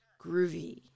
groovy